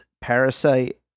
Parasite